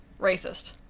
racist